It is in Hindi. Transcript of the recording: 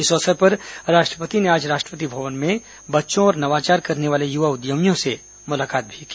इस अवसर पर राष्ट्रपति ने आज राष्ट्रपति भवन में बच्चों और नवाचार करने वाले युवा उद्यमियों से मुलाकात भी की